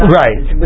right